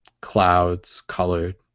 clouds-colored